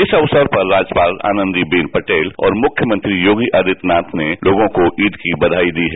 इस अवसर पर राज्यपाल आनंदीबेन पटेल और मुख्यमंत्री योगी आदित्यनाथ ने लोगों को ईद की बघाई दी है